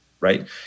right